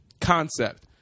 concept